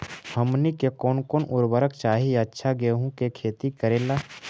हमनी के कौन कौन उर्वरक चाही अच्छा गेंहू के खेती करेला?